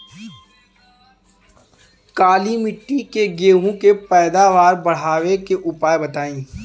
काली मिट्टी में गेहूँ के पैदावार बढ़ावे के उपाय बताई?